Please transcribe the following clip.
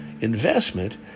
investment